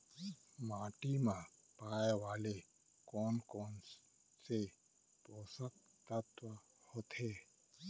माटी मा पाए वाले कोन कोन से पोसक तत्व होथे?